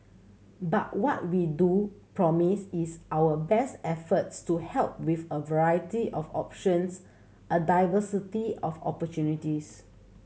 but what we do promise is our best efforts to help with a variety of options a diversity of opportunities